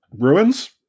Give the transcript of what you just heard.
ruins